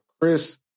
Chris